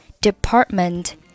department